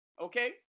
okay